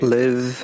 live